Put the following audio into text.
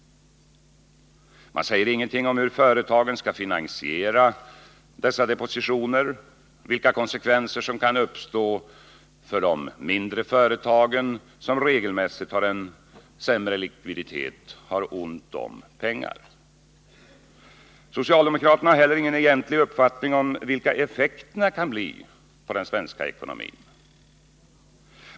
Ingenting sägs om hur företagen skall finansiera depositionerna eller om vilka konsekvenser som kan uppstå för de mindre företagen, som regelmässigt har en sämre likviditet. Socialdemokraterna har heller ingen egentlig uppfattning om vilka effekterna kan bli på den svenska ekonomin.